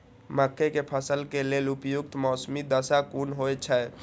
मके के फसल के लेल उपयुक्त मौसमी दशा कुन होए छै?